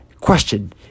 question